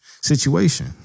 situation